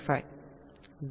01